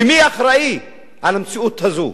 ומי אחראי למציאות הזאת?